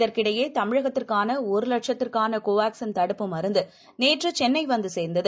இதற்கிடையேதமிழகத்திற்கானஒருவட்சத்திற்கானகோவாக்சின் தடுப்புப் மருந்தநேற்றுசென்னைவந்துசேர்ந்தது